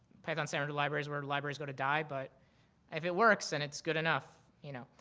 python standard libraries where libraries go to die, but if it works, and it's good enough, you know?